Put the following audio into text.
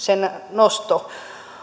nosto